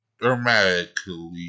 dramatically